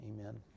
Amen